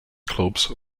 clubs